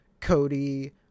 Cody